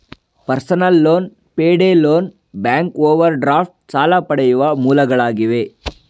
personal loan, payday loan, bank overdraft ಸಾಲ ಪಡೆಯುವ ಮೂಲಗಳಾಗಿವೆ